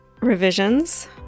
revisions